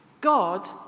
God